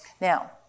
Now